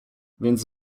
więc